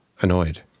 annoyed